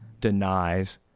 denies